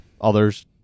Others